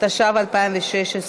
התשע"ו 2016,